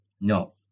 no